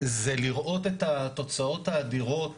זה לראות את התוצאות האדירות